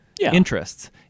interests